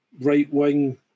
right-wing